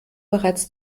bereits